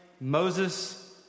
Moses